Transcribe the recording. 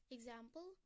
Example